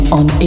on